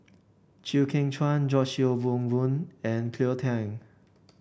Chew Kheng Chuan George Yeo Wen Wen and Cleo Thang